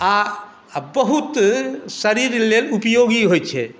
आ बहुत शरीर लेल उपयोगी होइत छै